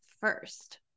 first